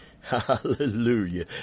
Hallelujah